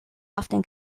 often